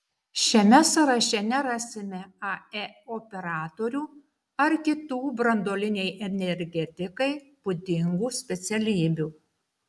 šiame sąraše nerasime ae operatorių ar kitų branduolinei energetikai būdingų specialybių